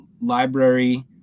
library